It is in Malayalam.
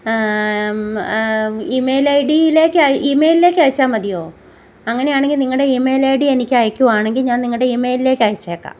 ഇമെയിൽ ഐഡിയിലേക്ക് ഈമെയിലേക്ക് അയച്ചാൽ മതിയോ അങ്ങനെയാണെങ്കിൽ നിങ്ങളുടെ ഈമെയിൽ ഐ ഡി എനിക്ക് അയക്കുവാണെങ്കിൽ ഞാ നിങ്ങളുടെ ഇമെയിലിലേക്ക് അയച്ചേക്കാം